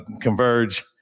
converge